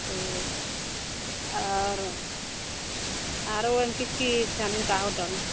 ठीक आओर आरो ओहिमे की की छनि हिनका होटलमे